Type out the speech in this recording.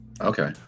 okay